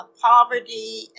Poverty